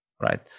right